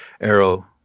Arrow